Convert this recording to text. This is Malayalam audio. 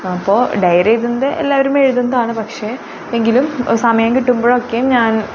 അപ്പോൾ ഡയറി എഴുതുന്നത് എല്ലാവരും എഴുതുന്നതാണ് പക്ഷേ എങ്കിലും സമയം കിട്ടുമ്പോഴൊക്കെയും ഞാൻ